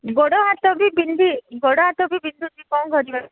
ଗୋଡ଼ ହାତବି ବିନ୍ଧି ଗୋଡ଼ ହାତ ବି ବିନ୍ଧୁଛି କ'ଣ କରିବା